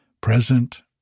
present